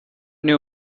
new